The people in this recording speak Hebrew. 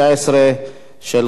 התשע"ב 2012,